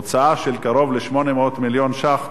הוצאה של קרוב ל-800 מיליון ש"ח,